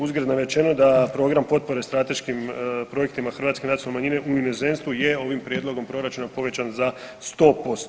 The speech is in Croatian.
Uzgred rečeno da Program potpore strateškim projektima Hrvatske nacionalne manjine u inozemstvu je ovim prijedlogom proračuna povećan za 100%